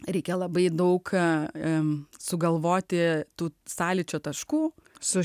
reikia labai daug ką sugalvoti tų sąlyčio taškų su